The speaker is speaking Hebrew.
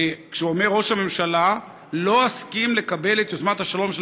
כשאומר ראש הממשלה: לא אסכים לקבל את יוזמת השלום של